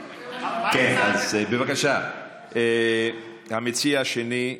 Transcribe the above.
בבקשה, המציע השני.